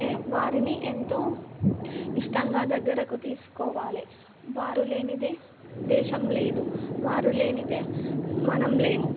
ఎ వారిని ఎంతో ఇష్టంగా దగ్గరకు తీసుకోవాలి వారు లేనిదే దేశం లేదు వారు లేనిదే మనం లేము